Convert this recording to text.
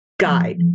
guide